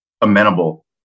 amenable